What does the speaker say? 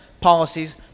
policies